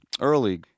early